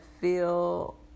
feel